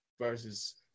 versus